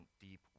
deep